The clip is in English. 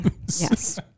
Yes